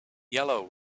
yellow